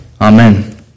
Amen